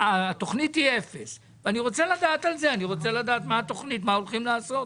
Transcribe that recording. התוכנית היא אפס ואני רוצה לדעת מה התוכנית ומה הולכים לעשות.